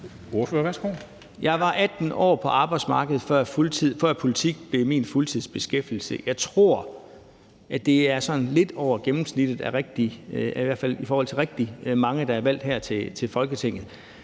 Jeg var 18 år på arbejdsmarkedet, før politik blev min fuldtidsbeskæftigelse. Jeg tror, det er lidt over gennemsnittet i forhold til rigtig mange, der er valgt ind her i Folketinget.